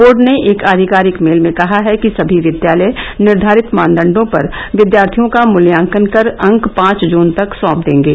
board ने एक आधिकारिक मेल में कहा है कि सभी विद्यालय निर्वारित मानदंडों पर विद्यार्थियों का मूल्यांकन कर अंक पांच जून तक सौंप देंगे